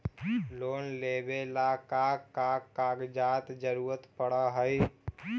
Loan लेवेला का का कागजात जरूरत पड़ हइ?